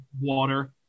water